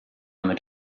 mit